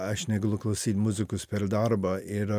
aš negaliu klausyt muzikos per darbą ir